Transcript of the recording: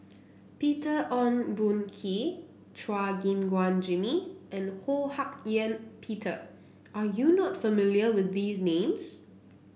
Peter Ong Boon Kwee Chua Gim Guan Jimmy and Ho Hak Ean Peter are you not familiar with these names